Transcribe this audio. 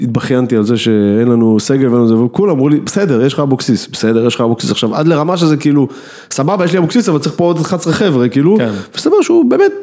התבכיינתי על זה שאין לנו סגל ואין לנו זה וכולם אמרו לי בסדר יש לך אבוקסיס, בסדר יש לך אבוקסיס עכשיו, עד לרמה שזה כאילו, סבבה יש לי אבוקסיס אבל צריך פה עוד 11 חבר'ה כאילו, זה דבר שהוא באמת.